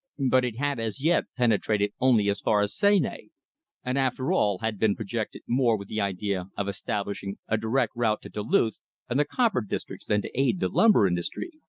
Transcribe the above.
but it had as yet penetrated only as far as seney and after all, had been projected more with the idea of establishing a direct route to duluth and the copper districts than to aid the lumber industry.